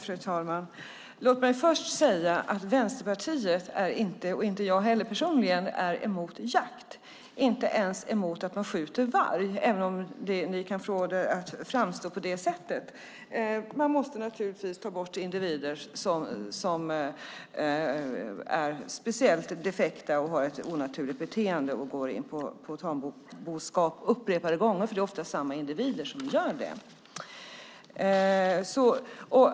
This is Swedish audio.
Fru talman! Låt mig först säga att varken Vänsterpartiet eller jag personligen är emot jakt. Vi är inte ens emot att man skjuter varg, även om ni kan få det att framstå på det sättet. Man måste naturligtvis ta bort individer som är speciellt defekta och har ett onaturligt beteende och går på tamboskap upprepade gånger. Det är ju ofta samma individer som gör det.